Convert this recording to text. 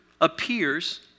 appears